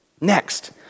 Next